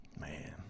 Man